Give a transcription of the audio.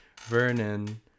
Vernon